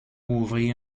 ouvrir